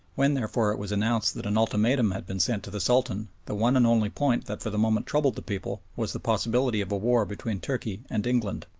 when, therefore, it was announced that an ultimatum had been sent to the sultan, the one and only point that for the moment troubled the people was the possibility of a war between turkey and england.